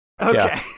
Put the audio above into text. Okay